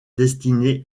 destiné